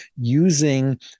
using